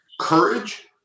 courage